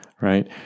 right